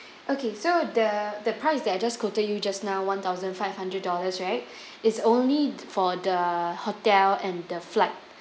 okay so the the price that I've just quoted you just now one thousand five hundred dollars right it's only for the hotel and the flight